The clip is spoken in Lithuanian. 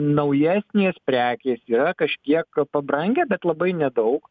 naujasnės prekės yra kažkiek pabrangę bet labai nedaug